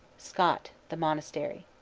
scott the monastery.